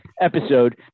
episode